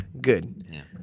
Good